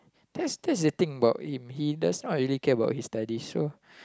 that's that's the thing about him he does not really care about his studies so